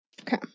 Okay